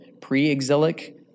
pre-exilic